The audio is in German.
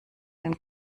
den